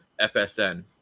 FSN